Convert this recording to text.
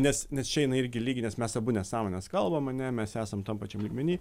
nes nes čia jinai irgi lygi nes mes abu nesąmones kalbam ane mes esam tam pačiam lygmeny